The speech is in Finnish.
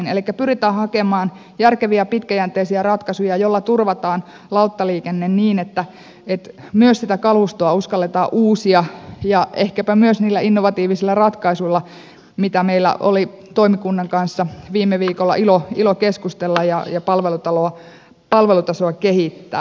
elikkä pyritään hakemaan järkeviä pitkäjänteisiä ratkaisuja joilla turvataan lauttaliikenne niin että myös sitä kalustoa uskalletaan uusia ja ehkäpä myös niillä innovatiivisilla ratkaisuilla mistä meillä oli toimikunnan kanssa viime viikolla ilo keskustella palvelutasoa kehittää